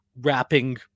wrapping